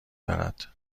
دارد